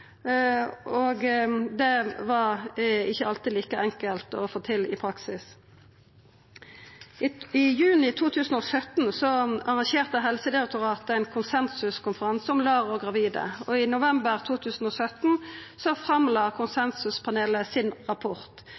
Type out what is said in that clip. og det var ikkje alltid like enkelt å få til i praksis. I juni 2017 arrangerte Helsedirektoratet ein konsensuskonferanse om LAR og gravide. I november 2017 la konsensuspanelet fram rapporten sin.